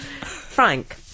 Frank